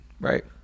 right